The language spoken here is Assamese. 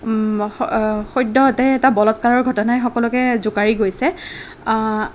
সদ্যহতে এটা বলৎকাৰৰ ঘটনাই সকলোকে জোকাৰি গৈছে